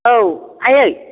औ आइयै